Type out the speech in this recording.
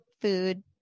food